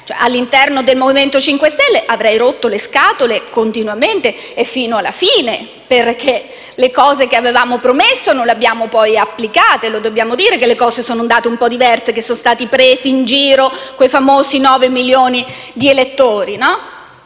All'interno del Movimento 5 Stelle avrei rotto le scatole continuamente e fino alla fine perché le cose che avevamo promesso non le abbiamo poi applicate: lo dobbiamo dire che le cose sono andate un po' diversamente, che sono stati presi in giro quei famosi nove milioni di elettori. Lo